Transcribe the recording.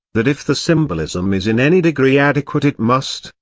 that if the symbolism is in any degree adequate it must,